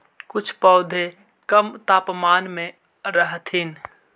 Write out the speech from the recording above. कुछ पौधे कम तापमान में रहथिन